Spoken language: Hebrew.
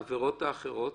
העבירות האחרות